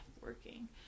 working